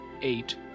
Eight